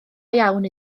iawn